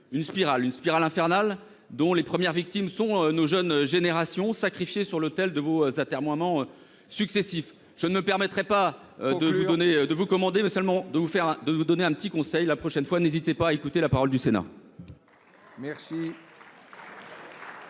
une spirale infernale dont les premières victimes sont nos jeunes générations, sacrifiées sur l'autel de vos atermoiements successifs. Il faut conclure ! Je ne me permettrai pas de vous commander, mais seulement de vous donner un conseil : la prochaine fois, n'hésitez pas à écouter la parole du Sénat.